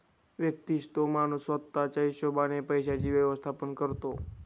व्यक्तिशः तो माणूस स्वतः च्या हिशोबाने पैशांचे व्यवस्थापन करतो